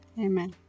Amen